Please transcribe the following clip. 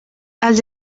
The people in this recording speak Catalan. els